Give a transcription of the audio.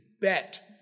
bet